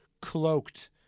cloaked